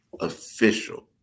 official